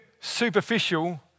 superficial